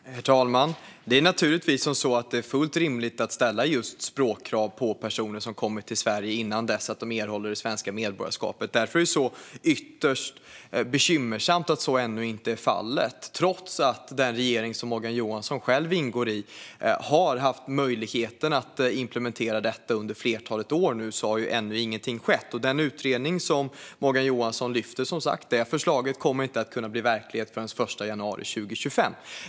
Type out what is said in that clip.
Herr talman! Det är naturligtvis fullt rimligt att ställa krav på språkkunskaper på personer som kommer till Sverige innan de erhåller det svenska medborgarskapet. Därför är det ytterst bekymmersamt att så ännu inte är fallet. Trots att den regering som Morgan Johansson själv ingår i har haft möjlighet att implementera detta under flera år har ingenting skett än. Förslaget från den utredning som Morgan Johansson lyfter fram kommer inte att kunna bli verklighet förrän den 1 januari 2025.